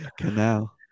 Canal